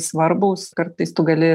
svarbūs kartais tu gali